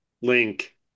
Link